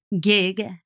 gig